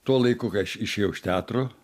tuo laiku kai aš išėjau iš teatro